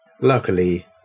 Luckily